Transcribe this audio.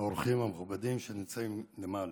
האורחים המכובדים שנמצאים למעלה,